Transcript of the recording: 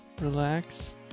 relax